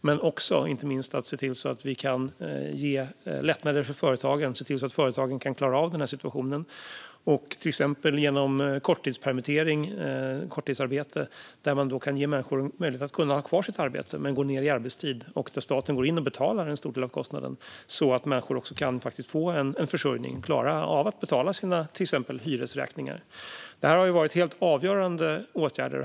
Men inte minst har vi gjort detta för att kunna se till att ge lättnader för företagen och se till att företagen kan klara av denna situation och till exempel genom korttidspermitteringar, korttidsarbete, kunna ge människor möjlighet att ha kvar sitt arbete men gå ned i arbetstid. Staten går där in och betalar en stor del av kostnaden, så att människor faktiskt kan få en försörjning och klara av att betala till exempel sin hyra. Detta har varit helt avgörande åtgärder.